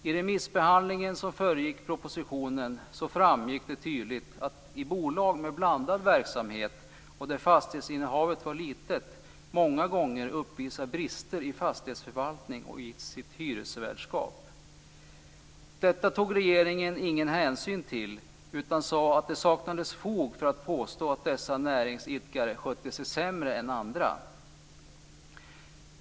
I remissbehandlingen som föregick propositionen framgick det tydligt att bolag med blandad verksamhet och där fastighetsinnehavet var litet, många gånger uppvisade brister i fastighetsförvaltning och i hyresvärdskapet. Detta tog regeringen ingen hänsyn till. Regeringen sade att det saknades fog för att påstå att dessa näringsidkare skötte sig sämre än andra.